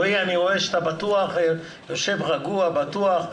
רועי, אני רואה שאתה יושב רגוע, בטוח.